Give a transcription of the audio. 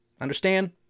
Understand